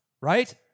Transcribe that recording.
Right